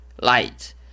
light